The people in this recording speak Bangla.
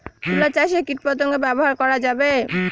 তুলা চাষে কীটপতঙ্গ ব্যবহার করা যাবে?